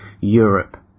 Europe